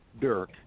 Dirk